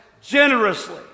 generously